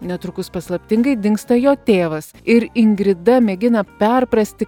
netrukus paslaptingai dingsta jo tėvas ir ingrida mėgina perprasti